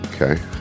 Okay